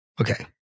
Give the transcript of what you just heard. Okay